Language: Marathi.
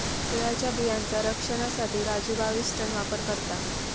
तिळाच्या बियांचा रक्षनासाठी राजू बाविस्टीन वापर करता